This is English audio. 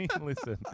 listen